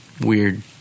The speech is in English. weird